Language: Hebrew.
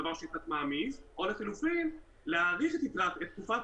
דבר ש --- או לחילופין להאריך את תקופת